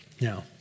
Now